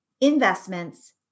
investments